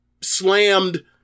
slammed